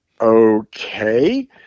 okay